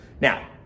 Now